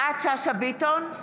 ביטון,